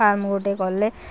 farm ଗୋଟେ କଲେ